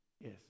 yes